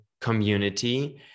community